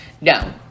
No